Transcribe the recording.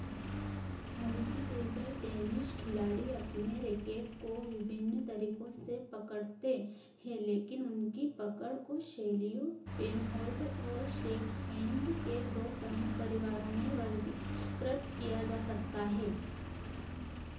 हालाँकि table tennis खिलाड़ी अपने रैकेट को विभिन्न तरीकों से पकड़ते हैं लेकिन उनकी पकड़ को शैलियों पेन होल्ड और शेक हैंड के दो प्रमुख परिवारों में वर्गीकृत किया जा सकता है